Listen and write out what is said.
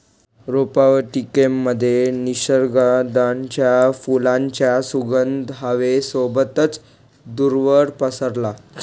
रोपवाटिकेमध्ये निशिगंधाच्या फुलांचा सुगंध हवे सोबतच दूरवर पसरला